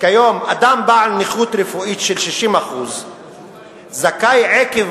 כיום אדם בעל נכות של 60% זכאי עקב